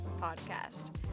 podcast